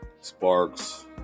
sparks